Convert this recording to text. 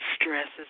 Stresses